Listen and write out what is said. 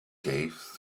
gave